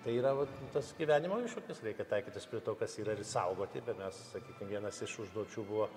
tai yra vat tas gyvenimo iššūkis reikia taikytis prie to kas yra ir saugoti bet mes sakykim vienas iš užduočių buvo